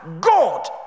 God